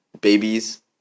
babies